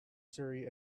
surrey